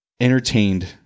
entertained